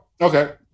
okay